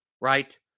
Right